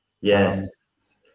Yes